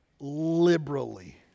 Liberally